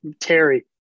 terry